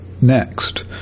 next